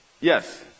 Yes